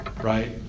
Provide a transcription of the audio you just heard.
right